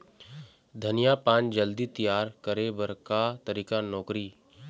धनिया पान जल्दी तियार करे बर का तरीका नोकरी?